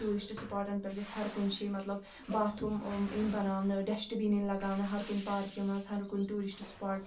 tourist سُپَاٹن پؠٹھ گژھِ ہر کُنہِ جایہِ مطلب بَاتھرُوم یِن بناونہٕ ڈَسٹ بِن یِن لگاونہٕ ہر کُنہِ پارکہِ منٛز ہر کُنہِ ٹیوٗرِسٹ سُپَاٹ پٮ۪ٹھ